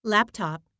Laptop